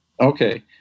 okay